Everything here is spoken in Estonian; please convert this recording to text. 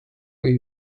või